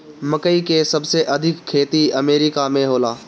मकई के सबसे अधिका खेती अमेरिका में होला